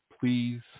Please